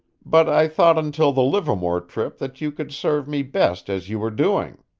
but i thought until the livermore trip that you could serve me best as you were doing.